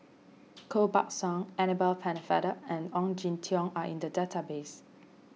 Koh Buck Song Annabel Pennefather and Ong Jin Teong are in the database